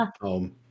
home